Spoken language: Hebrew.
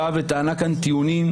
באה וטענה כאן טיעונים,